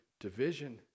division